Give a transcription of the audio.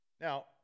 Now